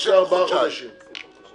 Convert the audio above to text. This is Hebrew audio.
תעשה ארבעה שלושה.